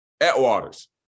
Atwater's